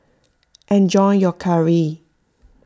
enjoy your Curry